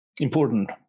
important